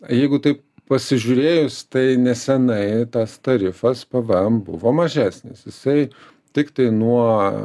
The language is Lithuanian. jeigu tai pasižiūrėjus tai nesenai tas tarifas pvm buvo mažesnis jisai tiktai nuo